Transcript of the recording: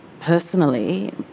Personally